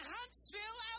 Huntsville